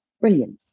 Brilliant